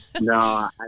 no